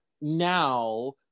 now